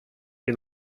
que